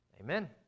Amen